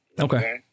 Okay